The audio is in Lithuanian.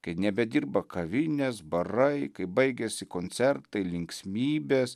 kai nebedirba kavinės barai kai baigiasi koncertai linksmybės